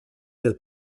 del